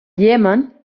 iemen